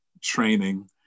training